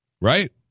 Right